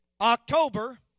October